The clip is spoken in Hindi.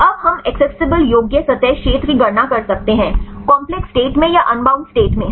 अब हम एक्सेसिबल योग्य सतह क्षेत्र की गणना कर सकते हैं काम्प्लेक्स स्टेट में या अनबाउंड स्टेट में